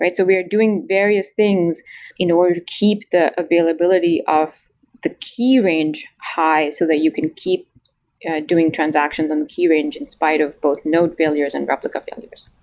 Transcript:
we're doing various things in order to keep the availability of the key range high so that you can keep doing transactions on the key range in spite of both node failures and replica failures.